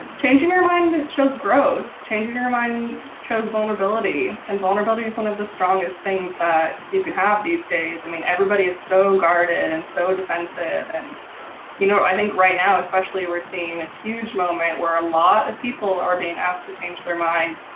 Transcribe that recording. changing your mind shows growth, changing your mind shows vulnerability and vulnerability is one of the strongest things that you could have these days. i mean, everybody is so guarded and so defensive and you know, i think right now, especially we're seeing a huge moment where a lot of people are being asked to change their mind,